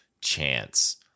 chance